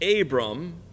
Abram